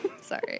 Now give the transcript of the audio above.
Sorry